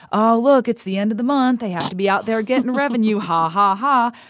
oh, look. it's the end of the month. they have to be out there getting revenue. ha, ha, ha.